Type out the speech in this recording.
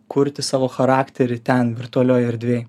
kurti savo charakterį ten virtualioj erdvėj